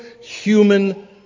human